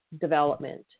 development